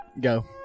go